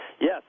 Yes